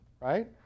right